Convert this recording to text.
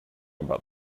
about